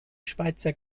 schweizer